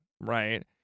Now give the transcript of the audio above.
right